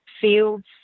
fields